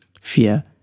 fear